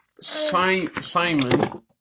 Simon